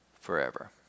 forever